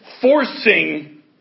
forcing